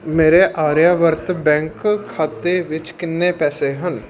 ਮੇਰੇ ਆਰਿਆਵਰਤ ਬੈਂਕ ਖਾਤੇ ਵਿੱਚ ਕਿੰਨੇ ਪੈਸੇ ਹਨ